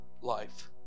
life